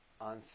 on